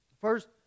First